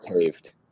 caved